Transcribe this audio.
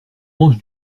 mange